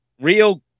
real